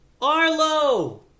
Arlo